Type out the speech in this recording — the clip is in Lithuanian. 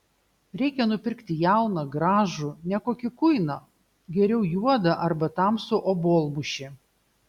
reikia nupirkti jauną gražų ne kokį kuiną geriau juodą arba tamsų obuolmušį